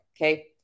Okay